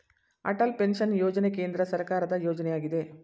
Atal pension ಯೋಜನೆ ಕೇಂದ್ರ ಸರ್ಕಾರದ ಯೋಜನೆಯಗಿದೆ